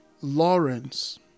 Lawrence